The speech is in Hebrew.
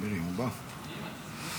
בבקשה.